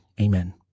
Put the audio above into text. Amen